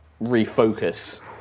refocus